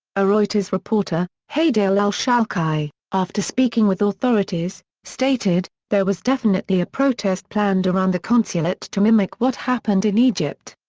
a reuters reporter, hadeel al-shalchi, after speaking with authorities, stated there was definitely a protest planned around the consulate to mimic what happened in egypt.